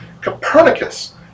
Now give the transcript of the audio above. Copernicus